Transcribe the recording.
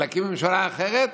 ולהקים ממשלה אחרת,